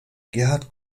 gerhard